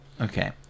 Okay